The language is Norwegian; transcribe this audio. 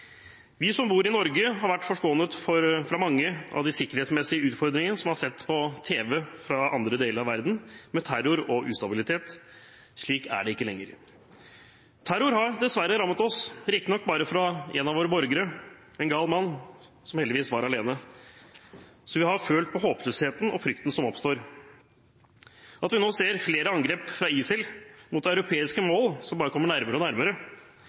Vi som bor i Norge, har vært forskånet for mange av de sikkerhetsmessige utfordringene som vi har sett på TV fra andre deler av verden, med terror og ustabilitet. Slik er det ikke lenger. Terror har dessverre rammet oss, riktignok bare fra en av våre egne borgere, en gal mann, som heldigvis var alene. Så vi har følt på håpløsheten og frykten som oppstår. At vi nå ser flere angrep fra ISIL mot europeiske mål, som bare kommer nærmere og nærmere,